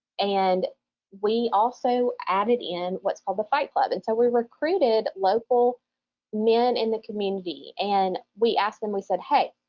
and we also added in what's called the fight club and so we recruited local men in the community and we asked them, we said, hey,